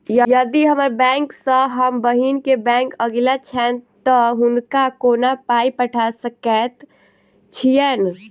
यदि हम्मर बैंक सँ हम बहिन केँ बैंक अगिला छैन तऽ हुनका कोना पाई पठा सकैत छीयैन?